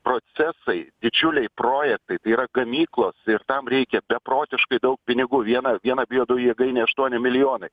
procesai didžiuliai projektai tai yra gamyklos ir tam reikia beprotiškai daug pinigų viena viena biodujų jėgainė aštuoni milijonai